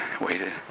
waited